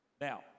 Now